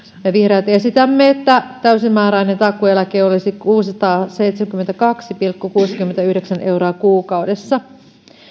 me vihreät esitämme että täysimääräinen takuueläke olisi kuusisataaseitsemänkymmentäkaksi pilkku kuusikymmentäyhdeksän euroa kuukaudessa